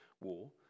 War